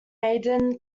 maiden